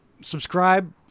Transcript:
subscribe